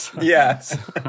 Yes